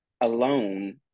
alone